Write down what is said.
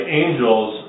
angels